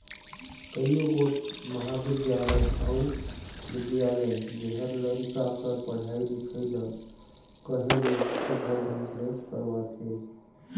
कइयो गोट महाबिद्यालय अउ बिद्यालय जेहर लरिका कर पढ़ई लिखई ल कहे ले सुग्घर ढंग ले करवाथे